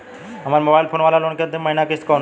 हमार mobile phone वाला loan के अंतिम महिना किश्त कौन बा?